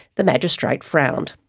the magistrate frowned.